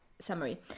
summary